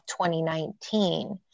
2019